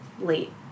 late